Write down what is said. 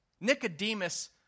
Nicodemus